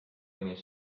mõni